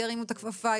ירימו את הכפפה,